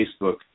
Facebook